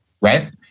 Right